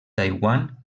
taiwan